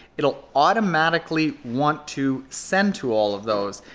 it'll automatically want to send to all of those.